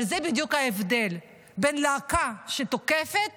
אבל זה בדיוק ההבדל בין להקה שתוקפת